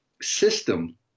system